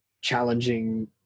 challenging